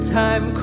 time